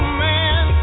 man